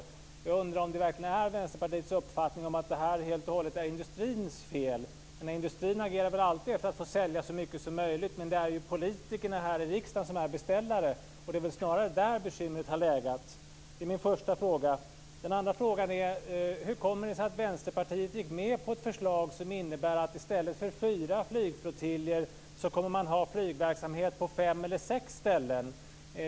Jag undrar om det verkligen är Vänsterpartiets uppfattning att det här helt och hållet är industrins fel. Industrin agerar väl alltid för att sälja så mycket som möjligt, men det är politikerna i riksdagen som är beställare. Det är snarare där bekymret har legat. Det är min första fråga. Den andra frågan är: Hur kommer det sig att Vänsterpartiet gick med på ett förslag som innebär att man i stället för fyra flygflottiljer kommer att ha flygverksamhet på fem eller sex ställen?